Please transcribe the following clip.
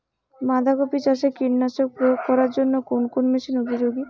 বাঁধা কপি চাষে কীটনাশক প্রয়োগ করার জন্য কোন মেশিন উপযোগী?